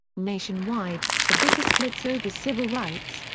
nationwide, the bitter splits over civil rights,